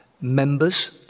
members